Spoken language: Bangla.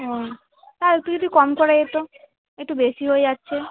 হ্যাঁ তাও একটু যদি কম করা যেতো একটু বেশি হয়ে যাচ্ছে